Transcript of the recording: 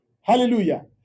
Hallelujah